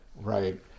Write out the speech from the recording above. Right